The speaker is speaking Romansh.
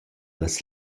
las